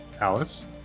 Alice